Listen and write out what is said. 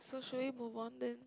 should we move on then